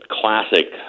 classic